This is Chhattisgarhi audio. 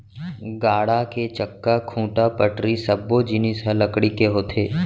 गाड़ा के चक्का, खूंटा, पटरी सब्बो जिनिस ह लकड़ी के होथे